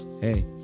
Hey